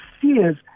fears